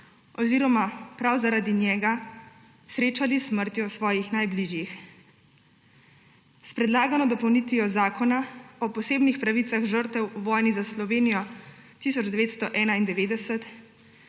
oziroma prav zaradi njega srečali s smrtjo svojih najbližjih. S predlagano dopolnitvijo Zakona o posebnih pravicah žrtev v vojni za Slovenijo 1991